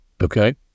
Okay